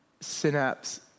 synapse